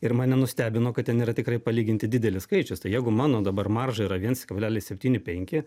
ir mane nustebino kad ten yra tikrai palyginti didelis skaičius tai jeigu mano dabar marža yra viens kablelis septyni penki